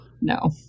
no